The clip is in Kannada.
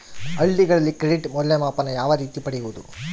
ಹಳ್ಳಿಗಳಲ್ಲಿ ಕ್ರೆಡಿಟ್ ಮೌಲ್ಯಮಾಪನ ಯಾವ ರೇತಿ ಪಡೆಯುವುದು?